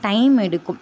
time எடுக்கும்